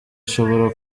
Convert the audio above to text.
ushobora